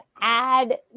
add